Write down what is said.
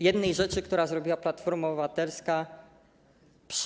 Jednej rzeczy, którą zrobiła Platforma Obywatelska w